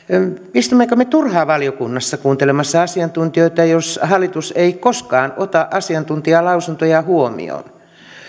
istummeko me turhaan valiokunnassa kuuntelemassa asiantuntijoita jos hallitus ei koskaan ota asiantuntijalausuntoja huomioon